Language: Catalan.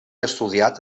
estudiat